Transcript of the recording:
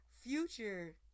future